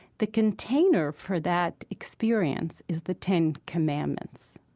the container for that experience is the ten commandments,